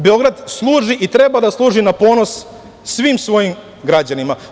Beograd služi i treba da služi na ponos svim svojim građanima.